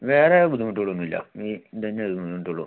വേറെ ബുദ്ധിമുട്ടുകളൊന്നും ഇല്ല ഈ ഇതുതന്നെ ബുദ്ധിമുട്ടുള്ളൂ